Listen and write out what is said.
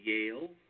Yale